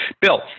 Bill